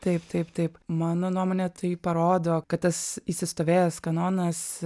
taip taip taip mano nuomone tai parodo kad tas įsistovėjęs kanonas